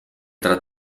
tra